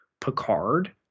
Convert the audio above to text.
Picard